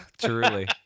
truly